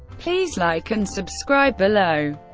please like and subscribe below.